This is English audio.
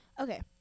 Okay